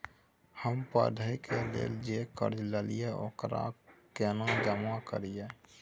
हम पढ़े के लेल जे कर्जा ललिये ओकरा केना जमा करिए?